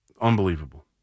Unbelievable